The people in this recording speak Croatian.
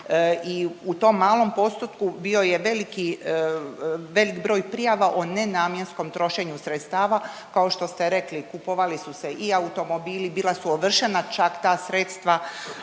u tom malom postotku bio je veliki broj prijava o nenamjenskom trošenju sredstava, kao što ste rekli, kupovali su se i automobili, bila su ovršena čak ta sredstva,